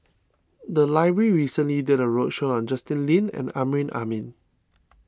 the library recently did a roadshow on Justin Lean and Amrin Amin